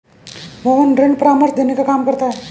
मोहन ऋण परामर्श देने का काम करता है